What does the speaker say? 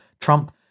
Trump